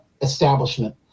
establishment